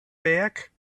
back